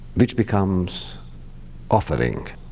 which becomes offering.